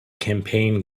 campaign